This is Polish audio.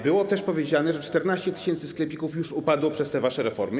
Było też powiedziane, że 14 tys. sklepików już upadło przez te wasze reformy.